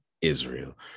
israel